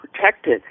protected